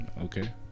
Okay